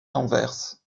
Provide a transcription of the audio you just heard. renverse